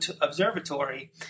Observatory